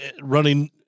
running